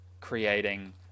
creating